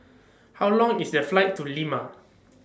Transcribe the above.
How Long IS The Flight to Lima